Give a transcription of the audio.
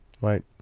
Right